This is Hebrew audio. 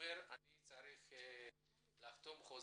ואומר "אני צריך לחתום על חוזה"